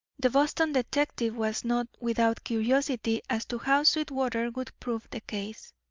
the boston detective was not without curiosity as to how sweetwater would prove the case.